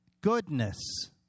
goodness